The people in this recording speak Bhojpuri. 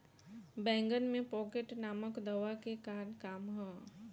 बैंगन में पॉकेट नामक दवा के का काम ह?